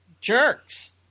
jerks